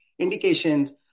Indications